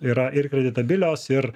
yra ir kreditabilios ir